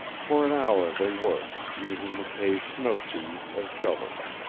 for an hour they worked, using mckay's snowshoes as shovels.